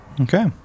Okay